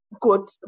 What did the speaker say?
good